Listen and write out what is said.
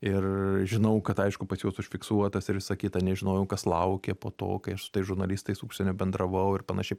ir žinau kad aišku pas juos užfiksuotas ir visa kita nežinojau kas laukia po to kai aš su tais žurnalistais užsienio bendravau ir panašiai